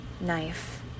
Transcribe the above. knife